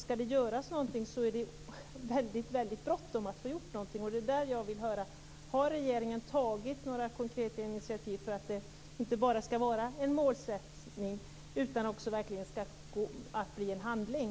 Skall det göras någonting är det väldigt bråttom att få det gjort, och det är därför jag vill höra om regeringen har tagit några konkreta initiativ för att det inte bara skall vara en målsättning utan också verkligen en handling.